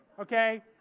okay